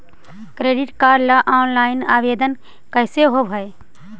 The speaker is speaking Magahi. क्रेडिट कार्ड ल औनलाइन आवेदन कैसे होब है?